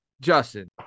Justin